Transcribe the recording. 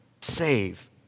save